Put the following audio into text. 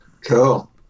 Cool